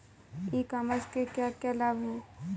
E commerce के क्या क्या लाभ हैं?